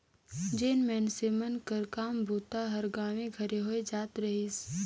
जेन मइनसे मन कर काम बूता हर गाँवे घरे होए जात रहिस